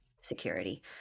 security